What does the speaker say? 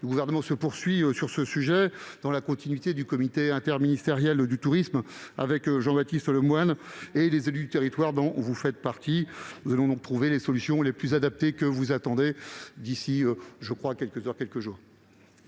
du Gouvernement se poursuit sur le sujet, dans la continuité du comité interministériel du tourisme, avec Jean-Baptiste Lemoyne et les élus du territoire, dont vous faites partie. Nous allons donc trouver les solutions les plus adaptées, celles que vous attendez, d'ici, je crois, quelques heures ou quelques jours.